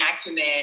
acumen